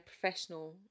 professional